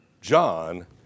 John